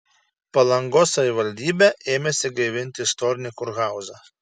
palangos savivaldybė ėmėsi gaivinti istorinį kurhauzą